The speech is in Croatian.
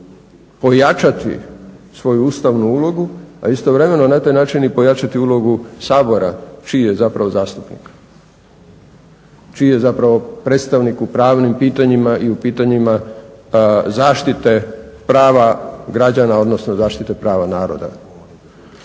pojačati svoju ustavnu ulogu, a istovremeno na taj način i pojačati ulogu Sabora čiji je zapravo zastupnik, čiji je zapravo predstavnik u pravnim pitanjima i u pitanjima zaštite prava građana, odnosno zaštite prava naroda.